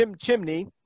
chimney